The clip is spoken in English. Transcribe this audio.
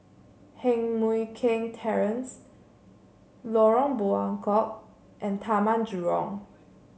Heng Mui Keng Terrace Lorong Buangkok and Taman Jurong